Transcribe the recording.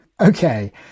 okay